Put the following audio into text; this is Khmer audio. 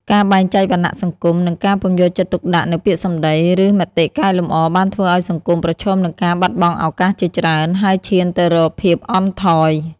ការបែងចែកវណ្ណៈសង្គម និងការពុំយកចិត្តទុកដាក់នូវពាក្យសម្ដី ឬមតិកែលម្អបានធ្វើឲ្យសង្គមប្រឈមនឹងការបាត់បង់ឱកាសជាច្រើន ហើយឈានទៅរកភាពអន់ថយ។